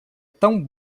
tão